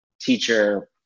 teacher